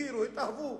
הכירו, התאהבו.